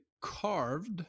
carved